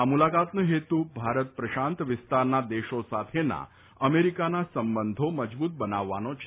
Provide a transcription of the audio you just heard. આ મુલાકાતનો હેતુ ભારત પ્રશાંત વિસ્તારના દેશો સાથેના અમેરીકાના સંબંધો મજબૂત બનાવવાનો છે